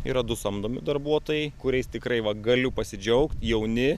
yra du samdomi darbuotojai kuriais tikrai va galiu pasidžiaugt jauni